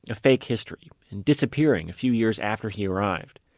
a fake history, and disappearing a few years after he arrived.